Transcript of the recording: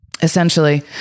Essentially